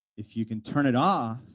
if you can turn it off